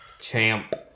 Champ